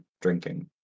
drinking